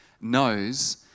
knows